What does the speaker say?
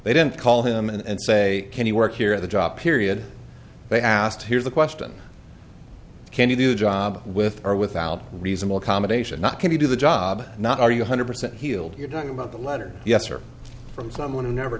they didn't call him and say can you work here at the job period they asked here's the question can you do the job with or without reasonable accommodation not can you do the job not are you one hundred percent healed you're talking about the letter yes or from someone who never